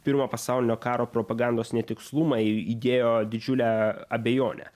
pirmo pasaulinio karo propagandos netikslumai įdėjo didžiulę abejonę